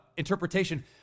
Interpretation